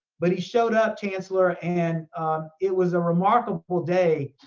but he showed up, chancellor, and it was a remarkable day.